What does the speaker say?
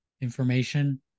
information